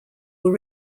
will